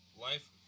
life